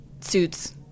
suits